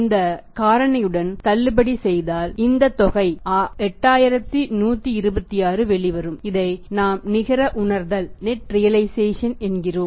இந்த காரணியுடன் தள்ளுபடி செய்தால் இந்த தொகை 8126 வெளிவரும் இதை நாம் நிகர உணர்தல் என்கிறோம்